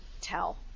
tell